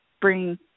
bring